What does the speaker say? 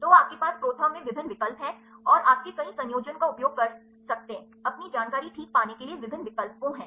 तो आपके पास ProTherm में विभिन्न विकल्प हैं और आपके कई संयोजन का उपयोग कर सकते अपनी जानकारी ठीक पाने के लिए विभिन्न विकल्पों हैं